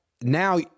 now